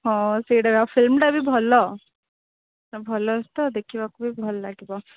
ହଁ ସେଇଟା ତ ଫିଲ୍ମଟା ବି ଭଲ ଭଲ ଅଛି ତ ଦେଖିବାକୁ ବି ଭଲ ଲାଗିବ